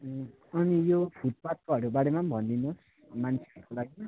अनि यो फुटपाथकोहरू बारेमा पनि भनिदिनुहोस् मान्छेहरूको लागि